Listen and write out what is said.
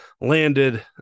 landed